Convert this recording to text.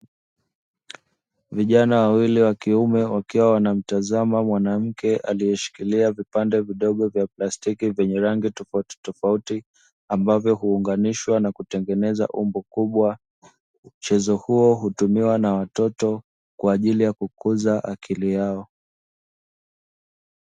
Vijana wawili wakiume wakiwa wanamtazama mwanamke aliyesikilia vipande vidogo vya plastiki, vyenye rangi tofautitofauti ambavyo huunganishwa na kutengeneza umbo kubwa, mchezo huo hutumiwa na watoto kwa ajili ya kukuza akili yao.